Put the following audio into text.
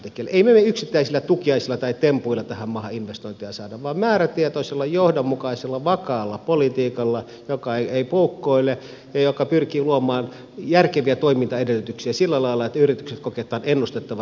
emme me yksittäisillä tukiaisilla tai tempuilla tähän maahan investointeja saa vaan määrätietoisella johdonmukaisella vakaalla politiikalla joka ei poukkoile ja joka pyrkii luomaan järkeviä toimintaedellytyksiä sillä lailla että yritykset kokevat että tämä on ennustettava hyvä toimintaympäristö